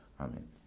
Amen